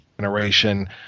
generation